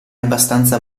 abbastanza